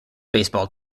baseball